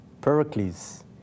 Pericles